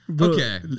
Okay